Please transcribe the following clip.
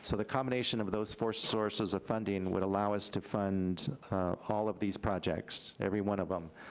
so the combination of those four sources of funding would allow us to fund all of these projects, every one of them,